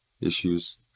issues